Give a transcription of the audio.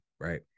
right